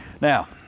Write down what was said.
Now